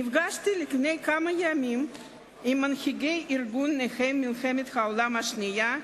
נפגשתי לפני כמה ימים עם מנהיגי ארגון נכי מלחמת העולם השנייה,